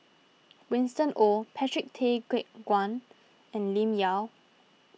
Winston Oh Patrick Tay Teck Guan and Lim Yau